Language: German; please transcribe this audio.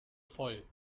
voll